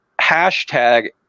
hashtag